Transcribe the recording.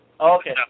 Okay